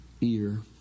ear